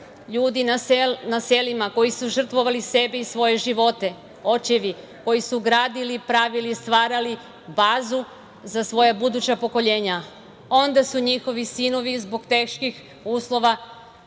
ljudi na selima koji su žrtvovali sebe i svoje živote, očevi koji su gradili, pravili, stvarali bazu za svoja buduća pokoljenja, onda su njihovi sinovi zbog teških uslova